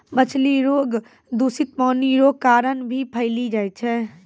मछली रोग दूषित पानी रो कारण भी फैली जाय छै